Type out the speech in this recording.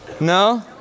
No